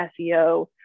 SEO